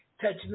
Touch